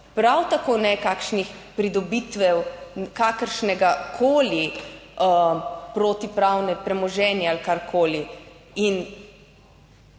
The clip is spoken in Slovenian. prav tako ne kakšnih pridobitev kakršnegakoli protipravne premoženje ali karkoli.